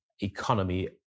economy